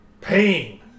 pain